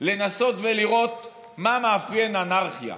לנסות ולראות מה מאפיין אנרכיה.